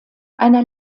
einer